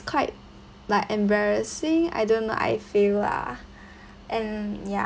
quite like embarrassing I don't know I feel lah and ya